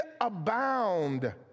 abound